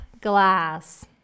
glass